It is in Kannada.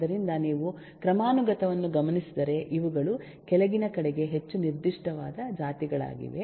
ಆದ್ದರಿಂದ ನೀವು ಕ್ರಮಾನುಗತವನ್ನು ಗಮನಿಸಿದರೆ ಇವುಗಳು ಕೆಳಗಿನ ಕಡೆಗೆ ಹೆಚ್ಚು ನಿರ್ದಿಷ್ಟವಾದ ಜಾತಿಗಳಾಗಿವೆ